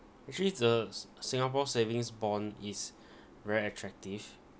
actually it's the s~ singapore savings bond is very attractive